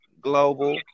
global